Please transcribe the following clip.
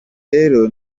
rero